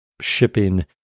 shipping